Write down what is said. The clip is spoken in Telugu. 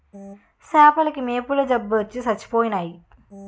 సేపల కి మొప్పల జబ్బొచ్చి సచ్చిపోయినాయి